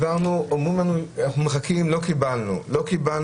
העברנו, אנחנו מחכים, אומרים: לא קיבלנו.